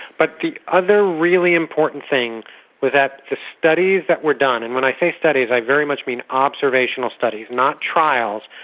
but the other really important thing was that the studies that were done, and when i say studies i very much mean observational studies, not trials,